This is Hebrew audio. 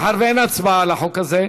מאחר שאין הצבעה על החוק הזה,